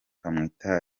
bandika